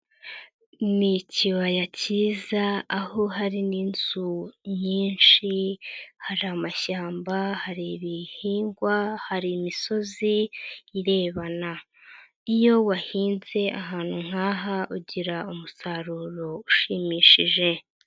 Ni ikibaya cyiza aho hari n'inzu nyinshi, hari amashyamba, hari ibihingwa, hari imisozi irebana. Iyo wahinze ahantu nk'aha ugira umusaruro ushimishije.